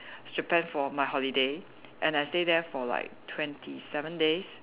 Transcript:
Japan for my holiday and I stay there for like twenty seven days